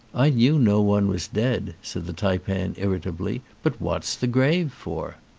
i knew no one was dead, said the taipan irri tably. but what's the grave for?